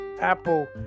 Apple